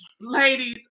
ladies